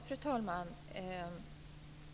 Fru talman!